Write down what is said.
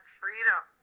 freedom